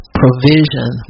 provision